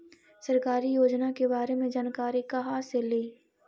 सरकारी योजना के बारे मे जानकारी कहा से ली?